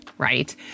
Right